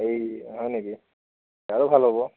এই হয় নেকি আৰু ভাল হ'ব